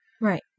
Right